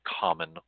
common